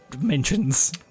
mentions